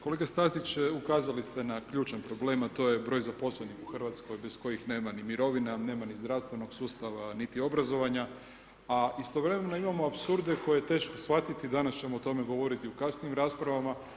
Kolega Stazić, ukazali ste na ključan problem, a to je broj zaposlenih u Hrvatskoj, bez kojih nema ni mirovina, nema ni zdravstvenog sustava, niti obrazovanja, a istovremeno imamo apsurde koje je teško shvatiti, danas ćemo o tome govoriti u kasnijim raspravama.